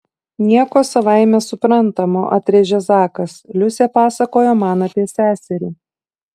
nieko savaime suprantamo atrėžė zakas liusė pasakojo man apie seserį